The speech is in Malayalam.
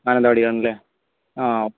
മാനന്തവാടിയിലാണല്ലേ ആ